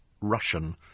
Russian